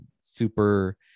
super